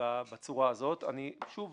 מאחר